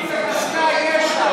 אני מבקש לשמור על שקט במליאה.